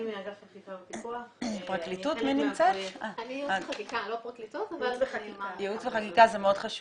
אנחנו חלק מהפרויקט הזה של